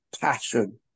passion